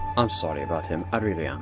i'm sorry about him, i really am.